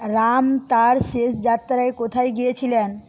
রাম তাঁর শেষ যাত্রায় কোথায় গিয়েছিলেন